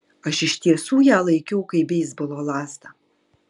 aš iš tiesų ją laikiau kaip beisbolo lazdą